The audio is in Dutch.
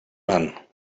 men